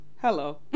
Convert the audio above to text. Hello